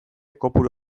kopuru